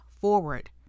forward